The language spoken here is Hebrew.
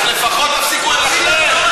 לפחות תפסיקו להתחנן.